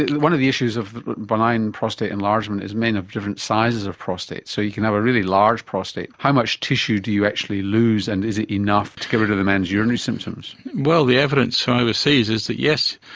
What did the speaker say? one of the issues of benign prostate enlargement is men have different sizes of prostate, so you can have a really large prostate. how much tissue do you actually lose and is it enough to get rid of the man's urinary symptoms? well, the evidence from overseas is that yes,